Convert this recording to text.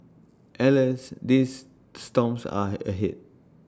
alas these storms are ahead